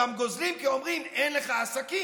גם גוזלים, כי אומרים: אין לך עסקים,